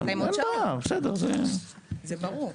זה ברור.